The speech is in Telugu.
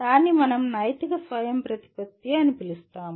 దాన్ని మనం నైతిక స్వయంప్రతిపత్తి అని పిలుస్తాము